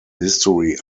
history